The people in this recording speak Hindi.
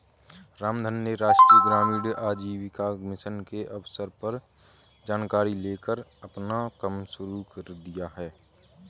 रामधन ने राष्ट्रीय ग्रामीण आजीविका मिशन के अफसर से जानकारी लेकर अपना कम शुरू कर दिया है